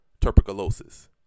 tuberculosis